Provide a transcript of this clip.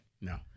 No